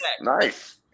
Nice